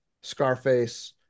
Scarface